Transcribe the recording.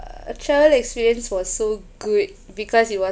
travel experience was so good because it was